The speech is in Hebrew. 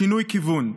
שינוי כיוון.